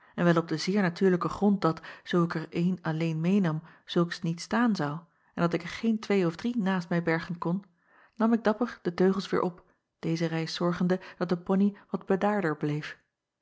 en wel op den zeer natuurlijken grond dat zoo ik er een alleen meênam zulks niet staan zou en dat ik er geen twee of drie naast mij bergen kon nam ik dapper de teugels weêr op deze reis zorgende dat de poney wat bedaarder bleef